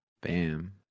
Bam